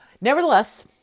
Nevertheless